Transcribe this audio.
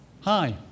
Hi